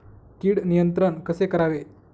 कीड नियंत्रण कसे करावे?